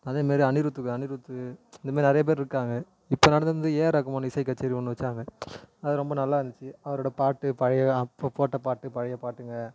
அதே மாரி அனிருத்துக்கு அனிருத்து இந்த மாதிரி நிறைய பேரு இருக்காங்க இப்போது நடந்தது வந்து ஏஆர் ரகுமான் இசை கச்சேரி ஒன்று வச்சாங்க அது ரொம்ப நல்லாருந்திச்சு அவரோட பாட்டு பழைய அப்போது போட்ட பாட்டு பழைய பாட்டுங்க